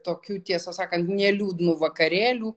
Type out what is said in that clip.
tokiu tiesą sakant ne liūdnu vakarėliu